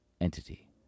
entity